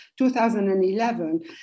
2011